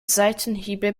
seitenhiebe